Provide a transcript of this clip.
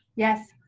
yes.